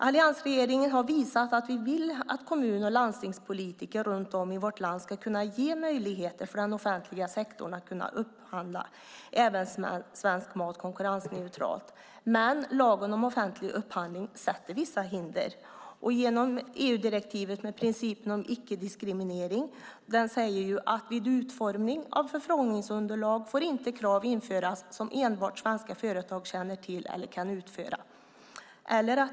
Alliansregeringen har visat att vi vill att kommun och landstingspolitiker runt om i vårt land kan ge möjligheter till offentliga sektorn att upphandla även svensk mat konkurrensneutralt, men lagen om offentlig upphandling sätter vissa hinder. EU-direktivet med principen om icke-diskriminering säger ju att vid utformning av förfrågningsunderlag får inte krav införas som enbart svenska företag känner till eller kan utföra.